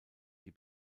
die